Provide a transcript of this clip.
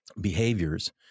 behaviors